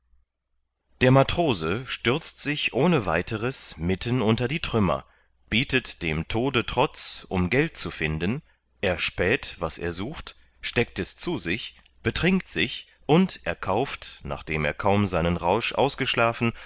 der matrose stürzt sich ohne weiteres mitten unter die trümmer bietet dem tode trotz um geld zu finden erspäht was er sucht steckt es zu sich betrinkt sich und erkauft nachdem er kaum seinen rausch ausgeschlafen